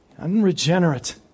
Unregenerate